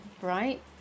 Right